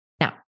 Now